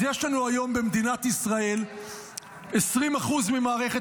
יש לנו היום במדינת ישראל 20% ממערכת